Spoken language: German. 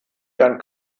ihren